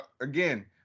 again